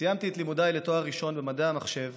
סיימתי את לימודיי לתואר ראשון במדעי המחשב